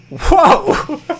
Whoa